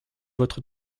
votre